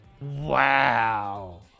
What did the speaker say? Wow